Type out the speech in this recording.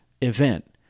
event